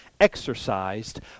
exercised